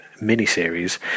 mini-series